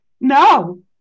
No